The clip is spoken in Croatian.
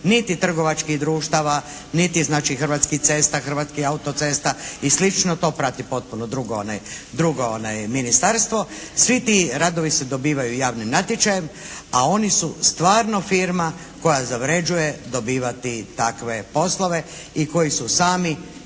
niti trgovačkih društava, niti znači Hrvatskih cesta, Hrvatskih autocesta i sl., to prati potpuno drugo ministarstvo. Svi ti radovi se dobivaju javnim natječajem, a oni su stvarno firma koja zavređuje dobivati takve poslove i koji su sami